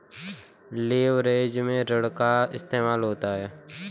leverage में ऋण का इस्तेमाल होता है